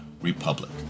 Republic